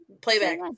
Playback